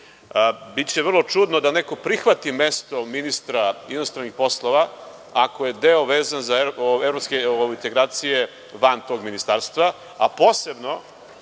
EU.Biće vrlo čudno da neko prihvati mesto ministra inostranih poslova ako je deo vezan za evropske integracije van tog ministarstva, a posebno